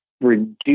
reduce